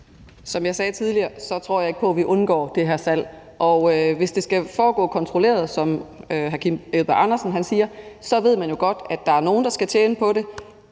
Som jeg sagde tidligere, tror jeg ikke på, at vi undgår det her salg, og hvis det skal foregå kontrolleret, som hr. Kim Edberg Andersen siger, ved man jo godt, at der er nogen, der skal tjene på det.